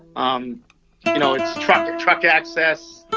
um you know, it's truck truck access,